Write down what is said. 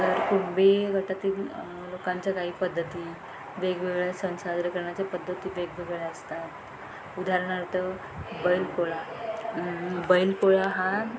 तर कुणबी गटातील लोकांच्या काही पद्धती वेगवेगळ्या सन साजरे करण्याच्या पद्धती वेगवेगळ्या असतात उदाहरणार्थ बैलपोळा बैलपोळा हा